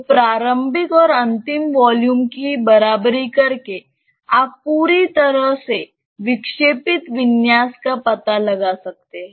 तो प्रारंभिक और अंतिम वॉल्यूम की बराबरी करके आप पूरी तरह से विक्षेपित विन्यास का पता लगा सकते हैं